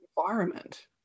environment